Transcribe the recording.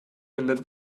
ändert